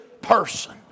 person